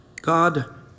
God